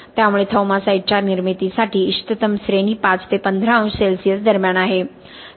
त्यामुळे थौमासाइटच्या निर्मितीसाठी इष्टतम श्रेणी 5 ते 15 अंश सेल्सिअस दरम्यान आहे